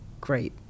great